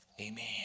Amen